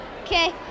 Okay